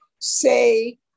say